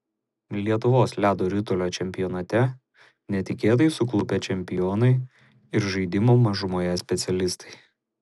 lietuvos ledo ritulio čempionate netikėtai suklupę čempionai ir žaidimo mažumoje specialistai